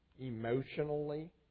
emotionally